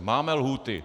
Máme lhůty.